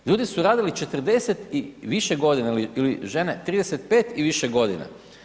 Ljudi su radili 40 i više godine ili žene 35 i više godina.